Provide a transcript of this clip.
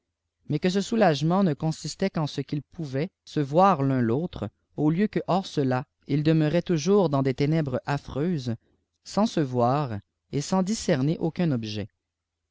mats que de soulagement ne consistait qu'en ce qu'ils pouvaient se voir l un l'autre au lieu flue hors cela ils demeuraient toujours dans des ténèbres affreuses sans se voir et sans discerner aucun objet